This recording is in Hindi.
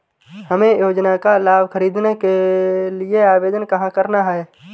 हमें योजना का लाभ ख़रीदने के लिए आवेदन कहाँ करना है?